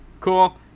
Cool